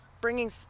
bringing